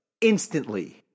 instantly